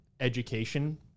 education